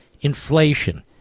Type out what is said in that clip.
inflation